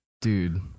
dude